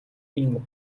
ийм